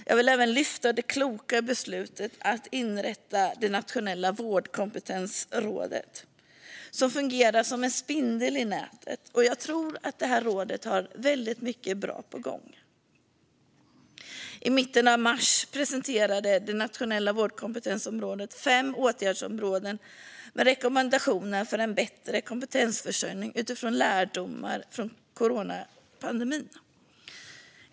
Jag vill även ta upp det kloka beslutet att inrätta Nationella vårdkompetensrådet, som fungerar som en spindel i nätet. Jag tror att rådet har väldigt många bra saker på gång. I mitten av mars presenterade Nationella vårdkompetensrådet fem åtgärdsområden med rekommendationer för en bättre kompetensförsörjning utifrån lärdomar från coronapandemin.